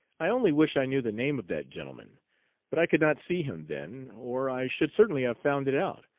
i only wish i knew the name of that gentleman but i could not see him then, or i should certainly have found it out,